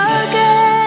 again